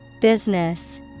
Business